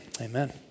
amen